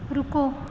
ਰੁਕੋ